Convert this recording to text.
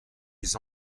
les